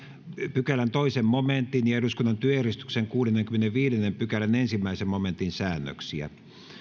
pykälän toisen momentin ja eduskunnan työjärjestyksen kuudennenkymmenennenviidennen pykälän ensimmäisen momentin säännöksiä